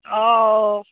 অঁ